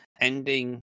ending